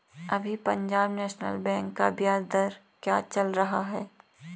अभी Punjab National Bank का ब्याज दर क्या चल रहा है?